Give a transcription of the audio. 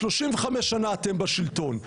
35 שנים אתם בשלטון.